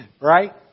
Right